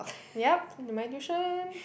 yup in my tuition